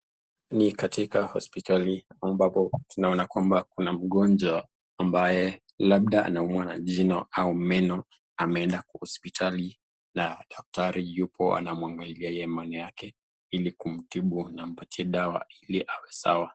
Ni katika hospitali ambapo tunaona kuna mgonjwa ambaye labda anaumwa na jino au meno ameenda kwa hospitali na daktari yupo anamwangalia yeye meno yake, ili kumtibu na kumpatia dawa ili awe sawa.